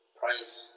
price